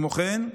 כמו כן,